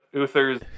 Uther's